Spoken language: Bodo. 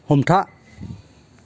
हमथा